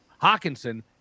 Hawkinson